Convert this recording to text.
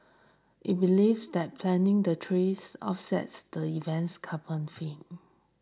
it believes that planting the trees offset the event's carbon film